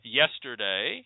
yesterday